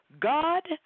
God